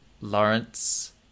Lawrence